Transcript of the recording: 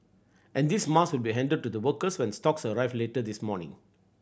and these mask will be handed to the workers when stocks arrive later this morning